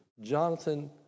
Jonathan